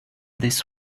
this